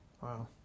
Wow